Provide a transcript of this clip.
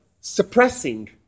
suppressing